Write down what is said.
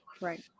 right